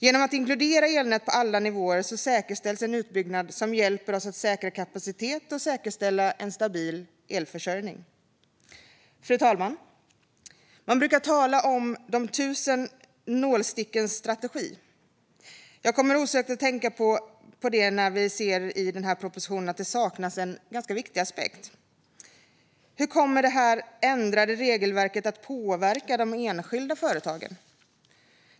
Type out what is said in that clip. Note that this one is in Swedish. Genom att inkludera elnät på alla nivåer säkerställs en utbyggnad som hjälper oss att säkra kapacitet och säkerställa en stabil elförsörjning. Fru talman! Man brukar prata om de tusen nålstickens strategi. Jag kommer osökt att tänka på det när vi ser i propositionen att det saknas en viktig aspekt: Hur kommer det här ändrade regelverket att påverka de enskilda företagen?